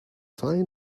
fine